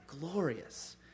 glorious